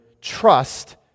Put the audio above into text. trust